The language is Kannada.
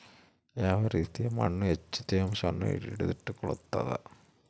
ಯಾವ ರೇತಿಯ ಮಣ್ಣು ಹೆಚ್ಚು ತೇವಾಂಶವನ್ನು ಹಿಡಿದಿಟ್ಟುಕೊಳ್ತದ?